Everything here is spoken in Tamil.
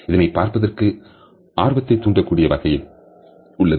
இதனை பார்ப்பதற்கு ஆர்வத்தைத் தூண்டக்கூடிய வகையில் உள்ளது